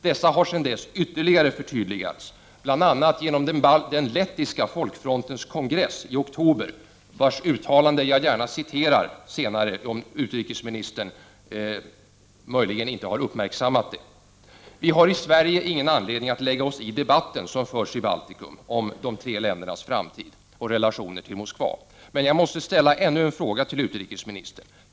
Dessa har senare ytterligare förtydligats, bl.a. genom den lettiska folkfrontens kongress i oktober, vars uttalanden jag gärna skall citera om utrikesministern inte har uppmärksammat dem. I Sverige har vi ingen anledning att lägga oss i debatten som förs i Baltikum om de tre ländernas framtid och relationer till Moskva. Jag måste dock ställa ytterligare en fråga till utrikesministern.